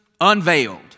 unveiled